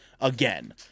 again